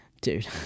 Dude